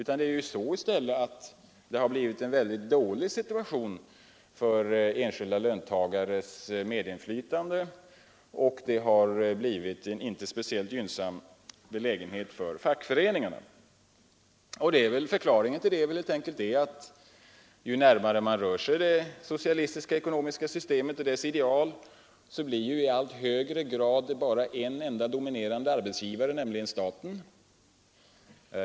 I stället har det bliviten, —=5—— dålig situation för enskilda löntagares medinflytande, och det har inte Ållmänna pensionsblivit en gynnsam belägenhet för fackföreningarna. fondens aktiepla Förklaringen är väl helt enkelt den att allteftersom man rör sig ceringar, m. m, närmare det socialistiska ekonomiska systemet och dess ideal blir staten i allt högre grad en dominerande arbetsgivare.